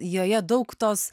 joje daug tos